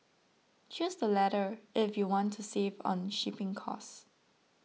choose the latter if you want to save on shipping cost